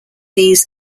these